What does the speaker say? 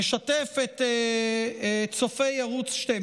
משתף את צופי ערוץ 12